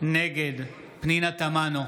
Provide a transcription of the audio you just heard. נגד פנינה תמנו,